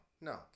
No